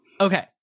Okay